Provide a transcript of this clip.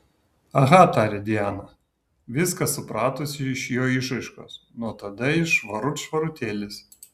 aha tarė diana viską supratusi iš jo išraiškos nuo tada jis švarut švarutėlis